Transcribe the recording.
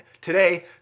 today